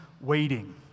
waiting